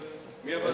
יהודים.